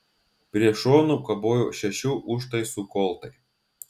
prie šonų kabojo šešių užtaisų koltai